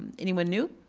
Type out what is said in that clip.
anyone new?